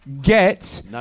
get